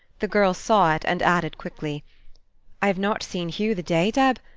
the girl saw it, and added quickly i have not seen hugh the day, deb.